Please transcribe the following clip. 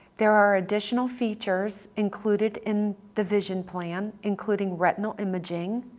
there are additional features included in the vision plan including retinal imaging,